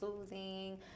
soothing